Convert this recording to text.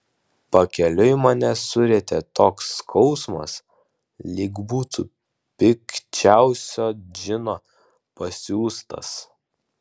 pakeliui mane surietė toks skausmas lyg būtų pikčiausio džino pasiųstas